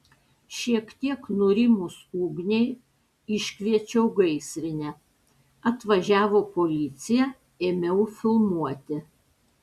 šiek tiek nurimus ugniai iškviečiau gaisrinę atvažiavo policija ėmiau filmuoti